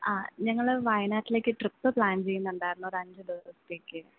അ ഞങ്ങൾ വയനാട്ടിലേക്ക് ഒരു ട്രിപ്പ് പ്ലാൻ ചെയ്യുന്നുണ്ടായിരുന്നു ഒരു അഞ്ചു ദിവസത്തേക്ക്